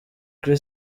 kuri